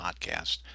podcast